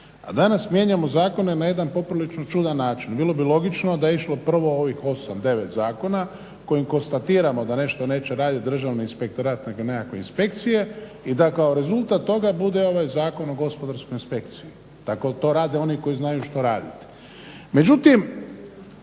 danas mijenjamo zakone na jedan poprilično čudan način. Bilo bi logično da je išlo prvo ovih 8, 9 zakona kojim konstatiramo da nešto neće raditi Državni inspektorat nego nekakve inspekcije i da kao rezultat toga bude ovaj Zakon o gospodarskoj inspekciji, tako to rade oni koji znaju što rade. Međutim,